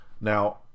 Now